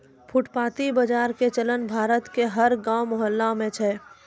फुटपाती बाजार के चलन भारत के हर गांव मुहल्ला मॅ छै